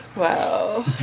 Wow